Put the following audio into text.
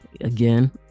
again